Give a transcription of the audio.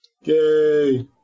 Yay